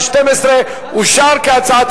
לשנת הכספים 2012. הצבעה